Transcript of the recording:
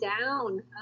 down